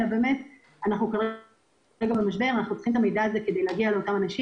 אלא רק כדי להגיע לאנשים,